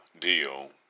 deal